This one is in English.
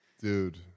Dude